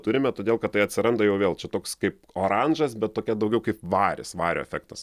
turime todėl kad tai atsiranda jau vėl čia toks kaip oranžas bet tokia daugiau kaip varis vario efektas